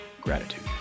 Gratitude